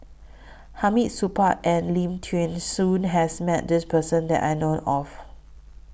Hamid Supaat and Lim Thean Soo has Met This Person that I know of